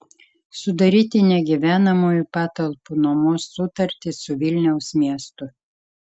sudaryti negyvenamųjų patalpų nuomos sutartį su vilniaus miestu